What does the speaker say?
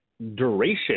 duration